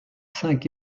cinq